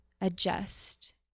adjust